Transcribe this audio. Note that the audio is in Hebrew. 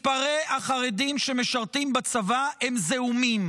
מספרי החרדים שמשרתים בצבא הם זעומים,